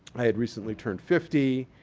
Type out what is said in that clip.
i had recently turned fifty.